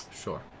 Sure